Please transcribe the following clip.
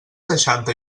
seixanta